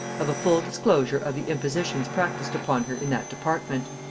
of a full disclosure of the impositions practised upon her in that department.